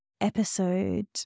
episode